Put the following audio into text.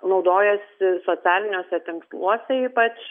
naudojasi socialiniuose tinkluose ypač